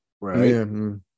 right